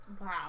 wow